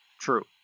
true